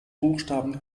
buchstaben